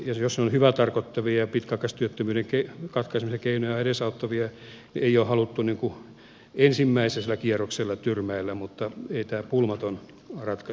jos ne ovat hyvää tarkoittavia ja pitkäaikaistyöttömyyden katkaisemisen keinoja edesauttavia niitä ei ole haluttu ensimmäisellä kierroksella tyrmäillä mutta ei tämä pulmaton ratkaisu ole